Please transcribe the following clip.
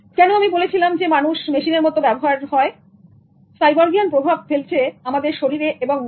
এবং কেন আমি বলেছিলাম মানুষ মেশিনের মত ব্যবহার হয় সাইবর্গিয়ান প্রভাব ফেলেছে আমাদের শরীরে এবং মনে